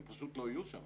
הם פשוט לא יהיו שם,